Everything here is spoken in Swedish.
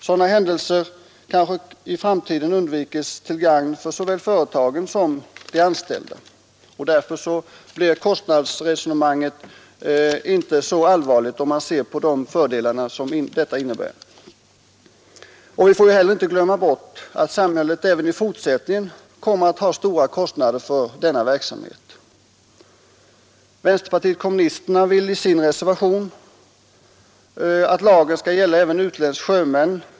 Sådana händelser kan kanske i framtiden undvikas till gagn för såväl företagen som de anställda. Kostnaderna blir inte så allvarligt, om man ser på de fördelar förslaget innebär. Vi får inte heller glömma bort att samhället även i fortsättningen kommer att ha stora kostnader för denna verksamhet.